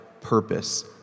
purpose